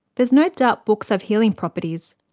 there's no doubt books have healing properties.